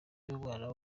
y’umwana